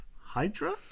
Hydra